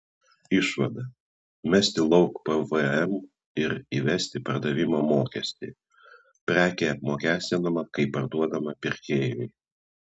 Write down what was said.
išvada mesti lauk pvm ir įvesti pardavimo mokestį prekė apmokestinama kai parduodama pirkėjui